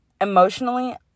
emotionally